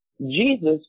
Jesus